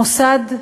מוסד היסטורי,